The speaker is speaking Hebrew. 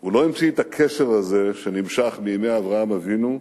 לא המציא את הקשר הזה, שנמשך מימי אברהם אבינו,